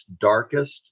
darkest